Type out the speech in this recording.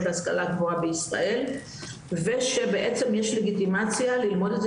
להשכלה גבוהה בישראל ושבעצם יש לגיטימציה ללמוד את זה